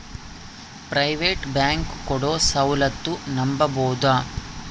Private bank ಕೊಡೊ ಸೌಲತ್ತು ನಂಬಬೋದ?